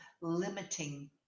limiting